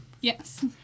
Yes